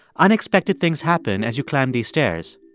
unexpected things happen as you climb these stairs.